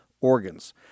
organs